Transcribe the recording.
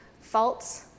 faults